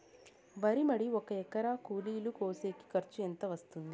వరి మడి ఒక ఎకరా కూలీలు కోసేకి ఖర్చు ఎంత వస్తుంది?